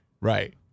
Right